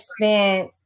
spent